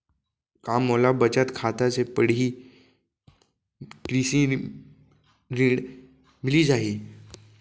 का मोला बचत खाता से पड़ही कृषि ऋण मिलिस जाही?